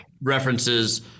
references